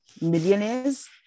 millionaires